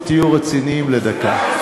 נו, תהיו רציניים לדקה.